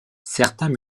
certains